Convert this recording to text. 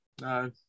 no